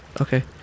Okay